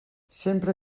sempre